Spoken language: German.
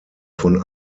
von